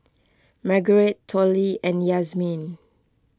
Margurite Tollie and Yazmin